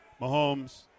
Mahomes –